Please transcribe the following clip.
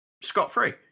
scot-free